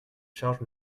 charges